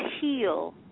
heal